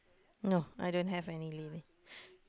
no I don't have any lady